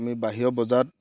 আমি বাহিৰৰ বজাৰত